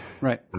Right